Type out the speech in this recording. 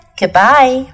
goodbye